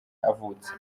avutse